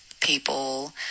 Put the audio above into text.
people